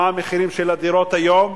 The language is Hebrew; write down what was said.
מה המחירים של הדירות היום.